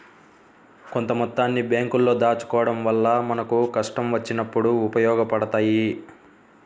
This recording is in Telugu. కొంత మొత్తాన్ని బ్యేంకుల్లో దాచుకోడం వల్ల మనకు కష్టం వచ్చినప్పుడు ఉపయోగపడతయ్యి